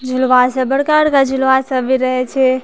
झुलुआसब बड़का बड़का झुलुआसब भी रहै छै